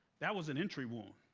that was an entry wound.